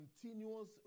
continuous